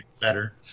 better